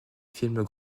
films